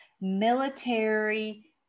military